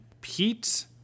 Pete